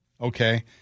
okay